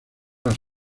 las